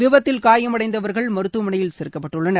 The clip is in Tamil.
விபத்தில் காயமடைந்தவர்கள் மருத்துவமனையில் சேர்க்கப்பட்டுள்ளனனர்